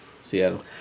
Seattle